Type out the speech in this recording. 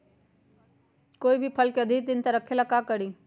कोई भी फल के अधिक दिन तक रखे के लेल का करी?